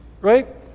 Right